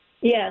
Yes